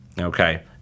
Okay